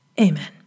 amen